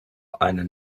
eine